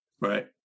Right